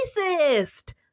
racist